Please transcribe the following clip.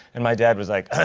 and my dad was like,